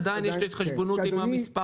עדיין יש את ההתחשבנות עם המספר.